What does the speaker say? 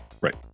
right